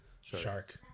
Shark